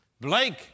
Blake